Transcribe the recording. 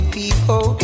people